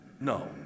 no